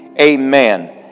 Amen